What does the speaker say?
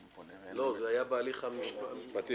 לא, זה היה בהליך המשפטי.